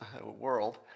world